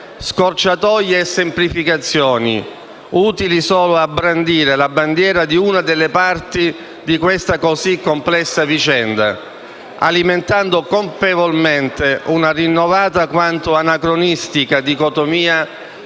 scorciatoie e semplificazioni, utili solo a brandire la bandiera di una delle parti di questa così complessa vicenda, alimentando colpevolmente una rinnovata quanto anacronistica dicotomia